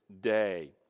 day